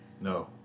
No